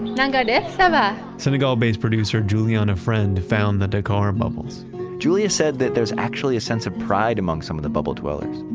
and and and and so but senegal based producer juliana friend have found the dakar bubbles juliana said that there's actually a sense of pride among some of the bubble dwellers.